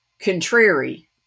contrary